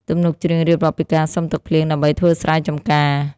ទំនុកច្រៀងរៀបរាប់ពីការសុំទឹកភ្លៀងដើម្បីធ្វើស្រែចម្ការ។